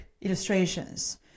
illustrations